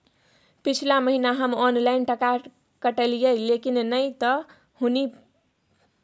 पिछला महीना हम ऑनलाइन टका कटैलिये लेकिन नय त हुनी पैलखिन न हमरा प्राप्त भेल, चेक करू त?